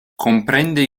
comprende